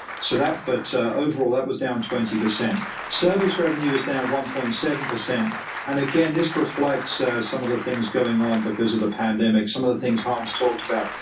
so that but overall that was down twenty percent service revenue is down one point seven and again this reflects some of the things going on because of the pandemic, some of the things hans talked about,